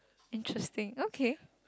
interesting okay